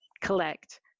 collect